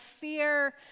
fear